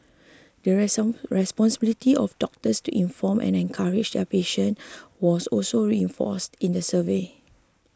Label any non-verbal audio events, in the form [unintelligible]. the [unintelligible] responsibility of doctors to inform and encourage their patients was also reinforced in the survey